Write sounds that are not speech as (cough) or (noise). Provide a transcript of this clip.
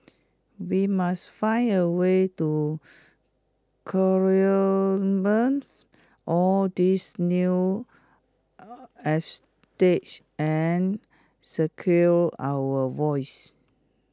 we must find A way to (unintelligible) all these new (unintelligible) and secure our votes